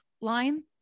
line